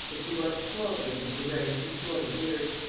that she once quarrelled with him for wearing too short a beard.